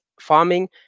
farming